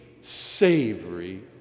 savory